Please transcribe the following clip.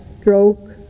stroke